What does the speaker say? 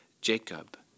Jacob